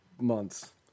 months